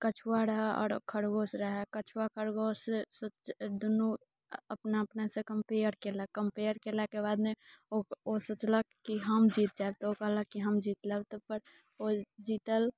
कछुआ रहै आओर खरगोश रहै कछुआ खरगोश दुनू अपना अपनासँ कम्पेयर कयलक कम्पेयर कयलाके बादमे ओ ओ सोचलक कि हम जीत जायब तऽ ओ कहलक कि हम जीत लेब ताहि पर ओ जीतल